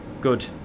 Good